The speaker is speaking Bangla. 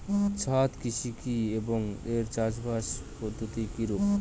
ছাদ কৃষি কী এবং এর চাষাবাদ পদ্ধতি কিরূপ?